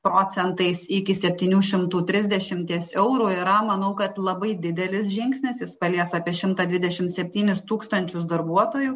procentais iki septynių šimtų trisdešimties eurų yra manau kad labai didelis žingsnis jis palies apie šimtą dvidešim septynis tūkstančius darbuotojų